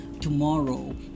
tomorrow